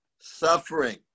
suffering